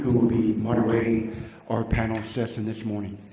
will be moderating our panel session this morning.